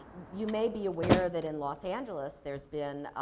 you may be aware that in los angeles, there's been,